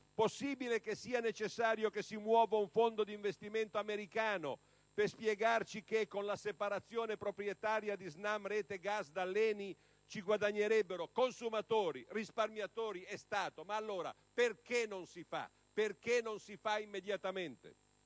Possibile che sia necessario che si muova un fondo d'investimento americano per spiegarci che con la separazione proprietaria di SNAM Rete Gas dall'ENI ci guadagnerebbero consumatori, risparmiatori e Stato? Ma allora perché non si fa? Perché non si fa immediatamente?